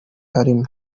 arimo